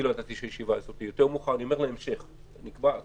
משהו שהופך את זה לפחות שחור-לבן.